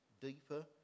deeper